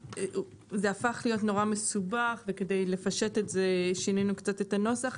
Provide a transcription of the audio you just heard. זה הפך להיות נורא מסובך וכדי לפשט את זה שינינו קצת את הנוסח.